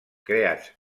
creats